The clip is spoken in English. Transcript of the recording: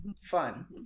fun